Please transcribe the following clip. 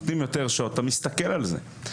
נותנים יותר שעות אתה מסתכל על זה,